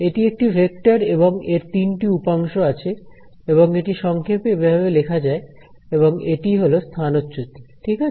এটি একটি ভেক্টর এবং এর তিনটি উপাংশ আছে এবং এটি সংক্ষেপে এভাবে লেখা যায় এবং এটি হলো স্থানচ্যুতি ঠিক আছে